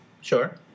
Sure